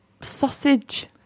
sausage